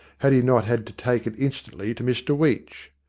had he not had to take it instantly to mr weech.